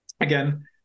again